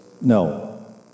No